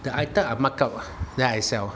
the item I mark up ah then I sell